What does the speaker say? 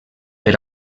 per